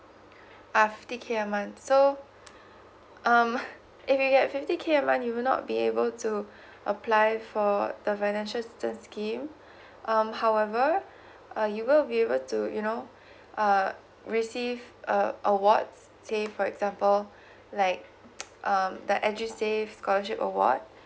uh fifty K a month so um if you get fifty K a month you will not be able to apply for the financial assistance scheme um however uh you will be able to you know uh receive a awards say for example like um the edusave scholarship award